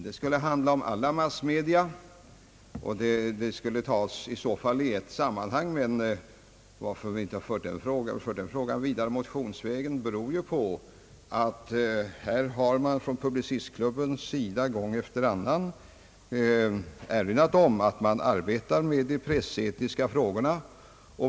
Det skulle då gälla alla massmedia, som i så fall skulle behandlas likartat. Att vi inte har fört denna fråga vidare motionsvägen beror på att Publicistklubben gång efter annan har erinrat om att den arbetar med de pressetiska frågorna.